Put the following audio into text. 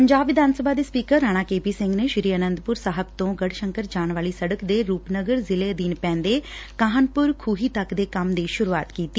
ਪੰਜਾਬ ਵਿਧਾਨ ਸਭਾ ਦੇ ਸਪੀਕਰ ਰਾਣਾ ਕੇਪੀ ਸਿੰਘ ਨੇ ਸ੍ਰੀ ਅਨੰਦਪੁਰ ਸਾਹਿਬ ਤੋ ਗੜੁਸ਼ੰਕਰ ਜਾਣ ਵਾਲੀ ਸੜਕ ਦੇ ਰੂਪਨਗਰ ਜ਼ਿਲ੍ਹੇ ਅਧੀਨ ਪੈਦੇ ਕਾਹਨਪੁਰ ਖੁਹੀ ਤੱਕ ਦੇ ਕੰਮ ਦੀ ਸੁਰੂਆਤ ਕੀਡੀ